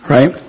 Right